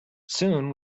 soon